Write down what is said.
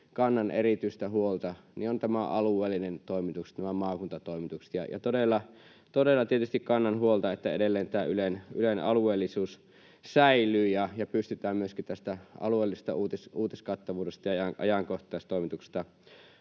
kannan erityistä huolta, on tämä alueellinen toimitus, nämä maakuntatoimitukset, ja todella tietysti kannan huolta siitä, että edelleen tämä Ylen alueellisuus säilyy ja että pystytään myöskin tästä alueellisesta uutiskattavuudesta ja ajankohtaistoimituksesta